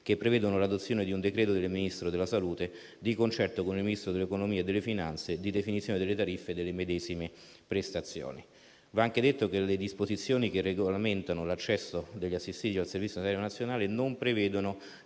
che prevedono l'adozione di un decreto del Ministro della salute, di concerto con il Ministro dell'economia e delle finanze, di definizione delle tariffe delle medesime prestazioni. Va anche detto che le disposizioni che regolamentano l'accesso degli assistiti al Servizio sanitario nazionale non prevedono